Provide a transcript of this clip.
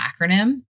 acronym